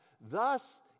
Thus